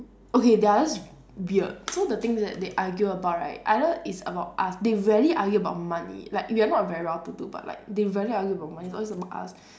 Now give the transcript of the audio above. okay they are just weird so the thing is that they argue about right either it's about us they rarely argue about money like we are not very well to do but like they very rarely argue about money it's always about us